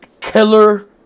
killer